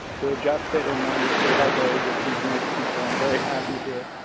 they adjust it and run it day by day with these nice people. i'm very happy here,